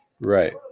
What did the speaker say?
Right